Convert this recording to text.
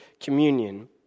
communion